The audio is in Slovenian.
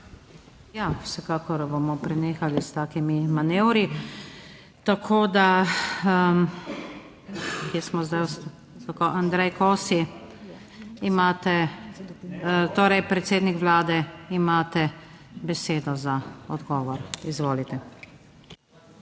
Ja, vsekakor bomo prenehali s takimi manevri. Kje smo zdaj ostali? Torej, predsednik vlade, imate besedo za odgovor. Izvolite.